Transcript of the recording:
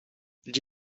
gli